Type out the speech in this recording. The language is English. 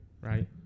right